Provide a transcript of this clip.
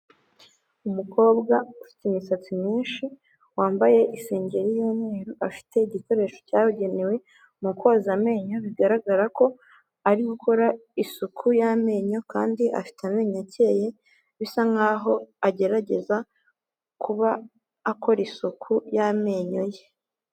Umukobwa ufite imisatsi myinshi, wambaye isengeri y'umweru, afite igikoresho cyabugenewe mu koza amenyo bigaragara ko ari gukora isuku y'amenyo kandi afite amenyo akeye bisa nk'aho agerageza kuba akora isuku y'amenyo ye.